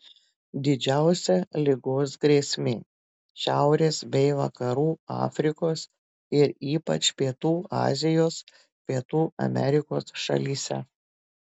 didžiausia ligos grėsmė šiaurės bei vakarų afrikos ir ypač pietų azijos pietų amerikos šalyse